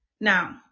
Now